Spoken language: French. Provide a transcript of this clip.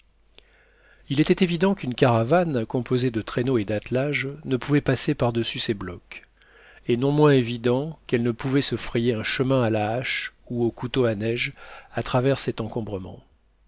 il était évident qu'une caravane composée de traîneaux et d'attelages ne pouvait passer par-dessus ces blocs et non moins évident qu'elle ne pouvait se frayer un chemin à la hache ou au couteau à neige à travers cet encombrement